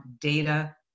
data